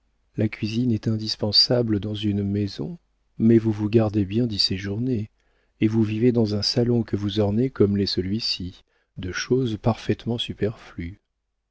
la cuisine est indispensable dans une maison mais vous vous gardez bien d'y séjourner et vous vivez dans un salon que vous ornez comme l'est celui-ci de choses parfaitement superflues